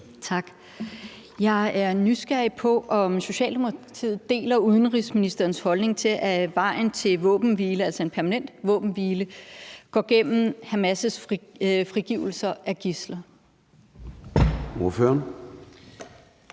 Tak. Jeg er nysgerrig på, om Socialdemokratiet deler udenrigsministerens holdning til, at vejen til våbenhvile, altså en permanent våbenhvile, går gennem Hamas' frigivelse af gidsler.